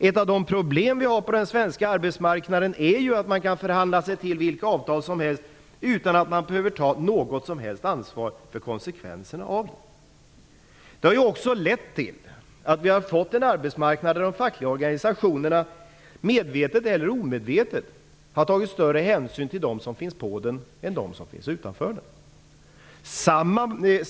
Ett av de problem vi har på den svenska arbetsmarknaden är ju att man kan förhandla sig till vilka avtal som helst utan att man behöver ta något som helst ansvar för konsekvenserna av det. Det har också lett till att vi har fått en arbetsmarknad där de fackliga organisationerna medvetet eller omedvetet har tagit större hänsyn till dem som finns på den än dem som finns utanför den.